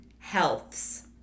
healths